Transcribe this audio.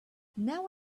now